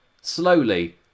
slowly